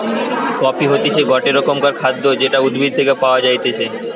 coffee হতিছে গটে রকমের খাদ্য যেটা উদ্ভিদ থেকে পায়া যাইতেছে